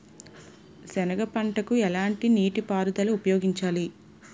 సెనగ పంటకు ఎలాంటి నీటిపారుదల ఉపయోగించాలి?